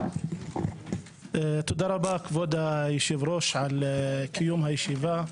תודה רבה, כבוד היושב-ראש, על קיום הישיבה.